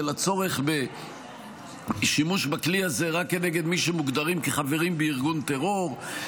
של הצורך בשימוש בכלי הזה רק כנגד מי שמוגדרים כחברים בארגון טרור,